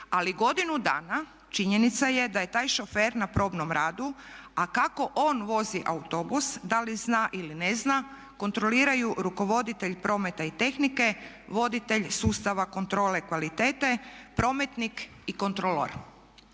Ali godinu dana činjenica je da je taj šofer na probnom radu, a kako on vozi autobus, da li zna ili ne zna kontroliraju rukovoditelj prometa i tehnike, voditelj sustava kontrole kvalitete, prometnik i kontrolor.